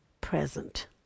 present